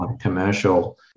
commercial